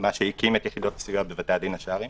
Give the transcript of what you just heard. מה שהקים את יחידות הסיוע בבתי הדין השרעיים,